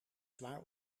zwaar